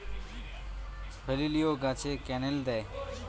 হেলিলিও গাছে ক্যানেল দেয়?